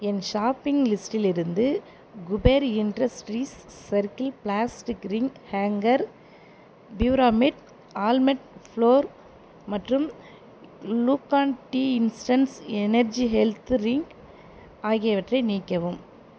என் shopping லிஸ்டிலிருந்து Kuber industries circle plastic ring hanger பியூராமேட் ஆல்மட் ஃப்ளோர் மற்றும் Glucon D instants energy health drink ஆகியவற்றை நீக்கவும்